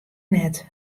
net